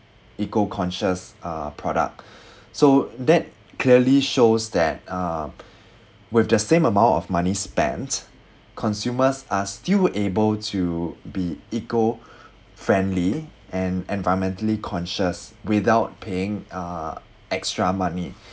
eco conscious uh product so that clearly shows that uh with the same amount of money spent consumers are still able to be eco friendly and environmentally conscious without paying uh extra money